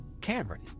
Cameron